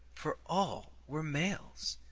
for all were males.